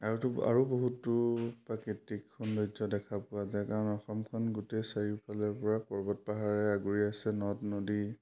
আৰু আৰু বহুতো প্ৰাকৃতিক সৌন্দৰ্য দেখা পোৱা যায় কাৰণ অসমখন গোটেই চাৰিওফালৰ পৰা পৰ্বত পাহাৰে আগুৰি আছে নদ নদী